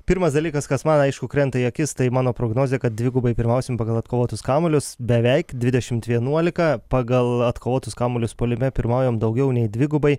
pirmas dalykas kas man aišku krenta į akis tai mano prognozė kad dvigubai pirmausim pagal atkovotus kamuolius beveik dvidešimt vienuolika pagal atkovotus kamuolius puolime pirmaujam daugiau nei dvigubai